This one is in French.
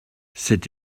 c’est